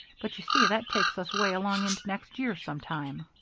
but you see that takes us way along into next year sometime.